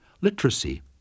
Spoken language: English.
Literacy